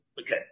Okay